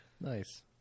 nice